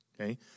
Okay